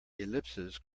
ellipses